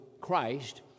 Christ